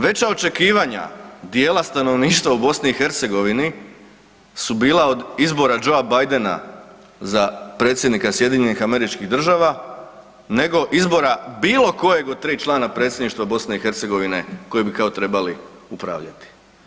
Veća očekivanja dijela stanovništva u BiH su bila od izbora Joea Bidena za predsjednika SAD-a nego izbora bilo kojeg od 3 člana predsjedništva BiH koji bi kao trebali upravljati.